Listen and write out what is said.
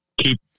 keep